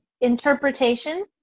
Interpretation